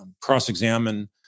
cross-examine